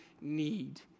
need